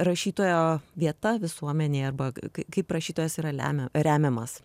rašytojo vieta visuomenėje arba kaip rašytojas yra lemia remiamas